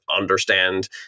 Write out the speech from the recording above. understand